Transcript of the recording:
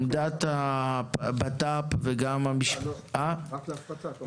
רק להפחתה?